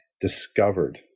discovered